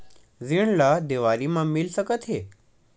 ऋण ला देवारी मा मिल सकत हे